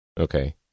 Okay